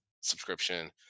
subscription